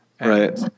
Right